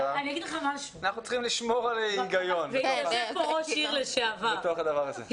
אנחנו צריכים לשמור על היגיון בתוך הדבר הזה.